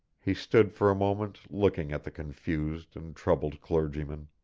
he stood for a moment looking at the confused and troubled clergyman.